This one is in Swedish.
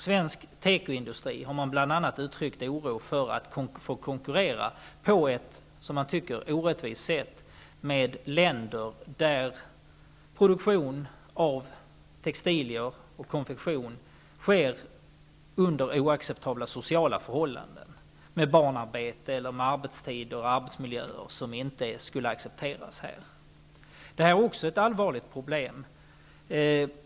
Svensk tekoindustri har bl.a. uttryckt oro för att få konkurrera på ett som man tycker orättvist sätt med länder där produktion av textilier och konfektion sker under oacceptabla sociala förhållanden. Det kan gälla barnarbete eller arbetstider och arbetsmiljöer som inte skulle accepteras här. Detta är också ett allvarligt problem.